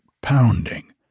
pounding